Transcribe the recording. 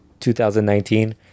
2019